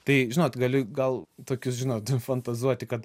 tai žinot gali gal tokius žinot fantazuoti kad